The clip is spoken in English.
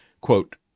Quote